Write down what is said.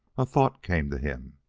a thought came to him.